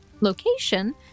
location